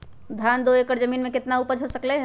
धान दो एकर जमीन में कितना उपज हो सकलेय ह?